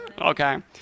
Okay